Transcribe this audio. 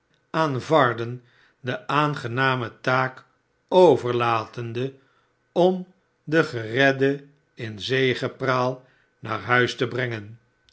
varden de aangename taak overlatende om den geredde in zegepraal naar huis te brengen